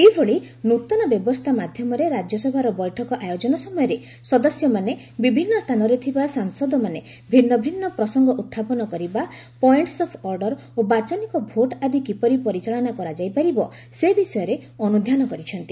ଏହିଭଳି ନୃତନ ବ୍ୟବସ୍ଥା ମାଧ୍ୟମରେ ରାଜ୍ୟସଭାର ବୈଠକ ଆୟୋଜନ ସମୟରେ ସଦସ୍ୟମାନେ ବିଭିନ୍ନ ସ୍ଥାନରେ ଥିବା ସାଂସଦମାନେ ଭିନ୍ନ ଭିନ୍ନ ପ୍ରସଙ୍ଗ ଉତ୍ଥାପନ କରିବା ପଏଣ୍ଟସ୍ ଅଫ୍ ଅର୍ଡର ଏବଂ ବାଚନିକ ଭୋଟ ଆଦି କିପରି ପରିଚାଳନା କରାଯାଇ ପାରିବ ସେ ବିଷୟରେ ଅନୁଧ୍ୟାନ କରିଛନ୍ତି